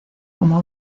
como